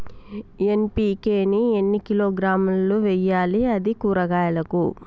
NPK ని ఎన్ని కిలోగ్రాములు వెయ్యాలి? అది కూరగాయలకు?